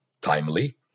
timely